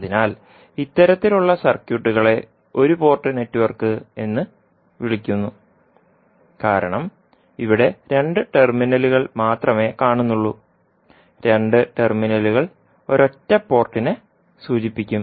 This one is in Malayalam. അതിനാൽ ഇത്തരത്തിലുള്ള സർക്യൂട്ടുകളെ ഒരു പോർട്ട് നെറ്റ്വർക്ക് എന്ന് വിളിക്കുന്നു കാരണം ഇവിടെ രണ്ട് ടെർമിനലുകൾ മാത്രമേ കാണുന്നുള്ളൂ രണ്ട് ടെർമിനലുകൾ ഒരൊറ്റ പോർട്ടിനെ സൂചിപ്പിക്കും